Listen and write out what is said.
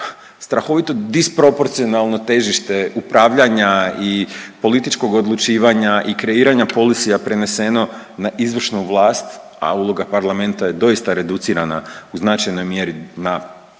strahovito disproporcionalno težište upravljanja i političkog odlučivanja i kreiranja polisija preneseno na izvršnu vlast, a uloga parlamenta je doista reducirana u značajnoj mjeri na